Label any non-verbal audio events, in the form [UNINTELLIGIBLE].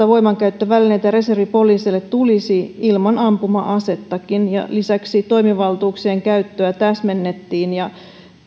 [UNINTELLIGIBLE] voimankäyttövälineitä reservipoliiseille tulisi ilman ampuma asettakin lisäksi toimivaltuuksien käyttöä täsmennettiin ja